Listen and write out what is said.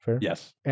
Yes